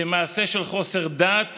כמעשה של חוסר דעת